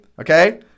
Okay